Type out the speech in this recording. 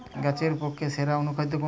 গাছের পক্ষে সেরা অনুখাদ্য কোনটি?